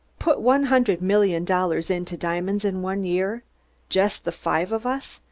put one hundred million dollars into diamonds in one year just the five of us?